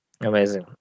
Amazing